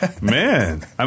Man